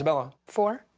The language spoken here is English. isabella? four.